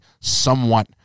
somewhat